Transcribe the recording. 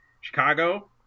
Chicago